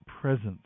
presence